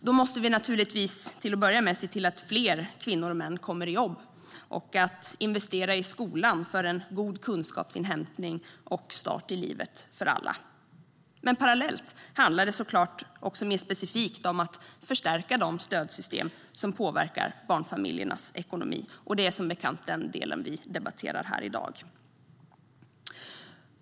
Då måste vi naturligtvis till att börja med se till att fler kvinnor och män kommer i jobb och investera i skolan för en god kunskapsinhämtning och start i livet för alla. Men parallellt handlar det såklart mer specifikt om att förstärka de stödsystem som påverkar barnfamiljernas ekonomi, och det är som bekant den delen som vi debatterar här i dag.